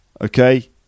Okay